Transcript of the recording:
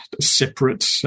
separate